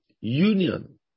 union